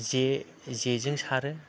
जे जेजों सारो